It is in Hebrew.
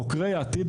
חוקרי העתיד,